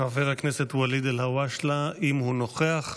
חבר הכנסת ואליד אלהואשלה, אם הוא נוכח,